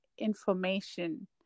information